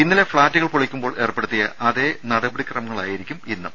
ഇന്നലെ ഫ്ളാറ്റുകൾ പൊളിക്കുമ്പോൾ ഏർപ്പെടുത്തിയ അതേ നടപടിക്രമങ്ങളായിരിക്കും ഇന്നും